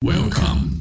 Welcome